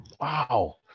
wow